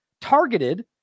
targeted